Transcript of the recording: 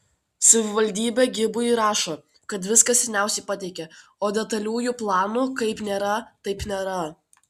savivaldybė gibui rašo kad viską seniausiai pateikė o detaliųjų planų kaip nėra taip nėra